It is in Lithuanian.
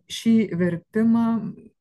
šį vertimą